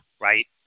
Right